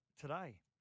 today